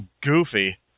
goofy